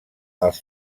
els